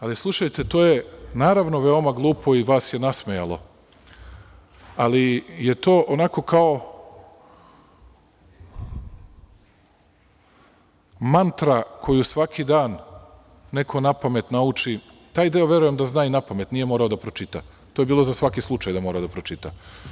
Ali, slušajte, to je naravno veoma glupo i vas je nasmejalo, ali je to onako kao mantra koju svaki dan neko napamet nauči, taj deo verujem da zna i napamet, nije morao da pročita, to je bilo za svaki slučaj da mora da pročita.